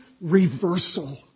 reversal